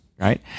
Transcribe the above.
Right